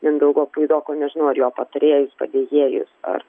mindaugo puidoko nežinau ar jo patarėjus padėjėjus ar